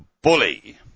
bully